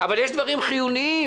אבל יש דברים חיוניים.